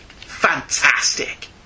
fantastic